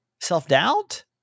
self-doubt